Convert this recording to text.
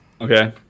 Okay